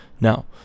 Now